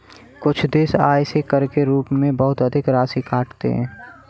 कुछ देश आय से कर के रूप में बहुत अधिक राशि काटते हैं